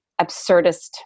absurdist